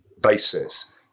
basis